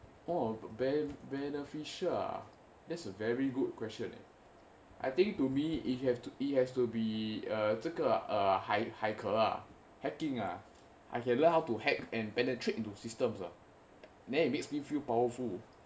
one of the bene~ benefical ah that's a very good question eh I think to me if you have to it has to be err 这个呃骇客啊:zhe ge eai hai ke a I can learn how to hack and penetrate into systems ah and then it makes me feel powerful